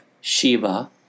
Sheba